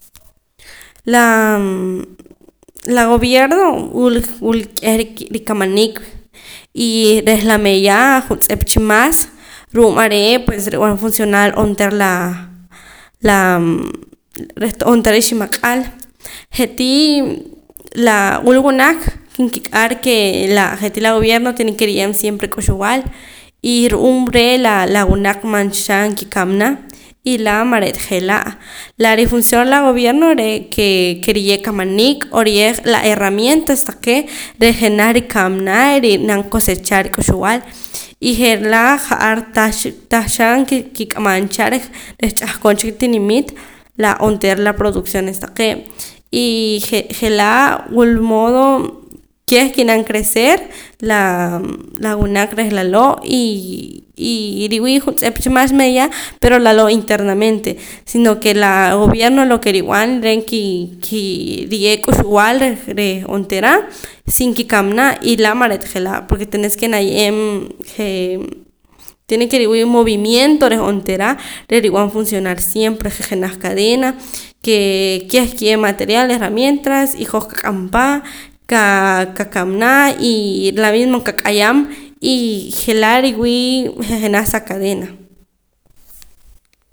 Laa la gobierno wul wula k'eh rikamaniik y reh la meeya juntz'ep cha maas ru'uum are' pues rib'an funcionar onteera laa la reh to'oom iximak'al je'tii laa wula wunaq nkik'ar kee la je'tii la gobierno tiene ke riye'em siempre la k'uxb'al y ru'uum re' laa la mancha kikamana y laa man re'ta je'laa' la rifunción la gobierno re' kee ke riye' kamanik o riye' la heramientas taqee' reh jenaj rikamana ri'nam cosechar k'uxb'al y je'laa ja'ar tah cha tah cha kik'amam cha reh ch'ahqon cha tinimit la onteera la producciones taqee' y je'laa wulmodo keh ki'nam crecer laa la wunaq reh laloo' y iriwii' juntz'ep cha mas meeya pero laloo' internamente sino ke la gobierno lo ke rib'an re' ki ki riye' k'uxb'al reh onteera sin kikamana y laa' man re'ta je'laa porque tenes ke naye'em je' tiene ke riwii' movimiento reh onteera reh rib'an funcionar siempre je' jenaj cadena kee keh kiye'em material herramientas y hoj kak'ampa qakamana y la mima qak'ayam y je'la riwii' je' jenaj sa cadena